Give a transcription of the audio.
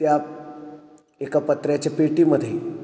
त्यात एका पत्र्याच्या पेटीमध्ये